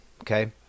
Okay